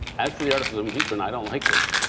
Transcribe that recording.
as for the articles of impeachment, i don't like them.